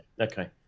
Okay